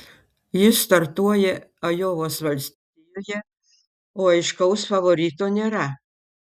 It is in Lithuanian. jis startuoja ajovos valstijoje o aiškaus favorito nėra